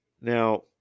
Now